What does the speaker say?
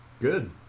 Good